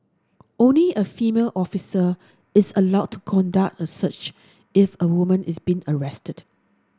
only a female officer is allowed to conduct a search if a woman is being arrested